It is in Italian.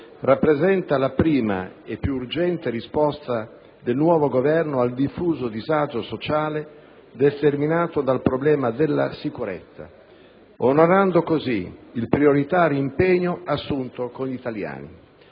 rappresenta la prima e più urgente risposta del nuovo Governo al diffuso disagio sociale determinato dal problema della sicurezza, onorando così il prioritario impegno assunto con gli italiani.